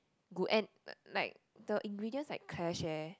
good and like the ingredients like clash leh